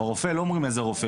לא אומרים איזה רופא,